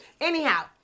Anyhow